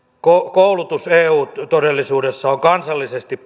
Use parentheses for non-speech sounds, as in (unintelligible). koulutus eu todellisuudessa on kansallisesti (unintelligible)